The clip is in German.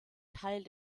teil